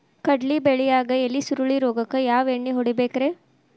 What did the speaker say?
ಕಡ್ಲಿ ಬೆಳಿಯಾಗ ಎಲಿ ಸುರುಳಿ ರೋಗಕ್ಕ ಯಾವ ಎಣ್ಣಿ ಹೊಡಿಬೇಕ್ರೇ?